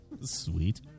Sweet